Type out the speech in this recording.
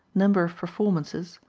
number of performances,